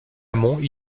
amont